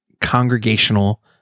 congregational